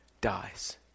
dies